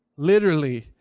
literally.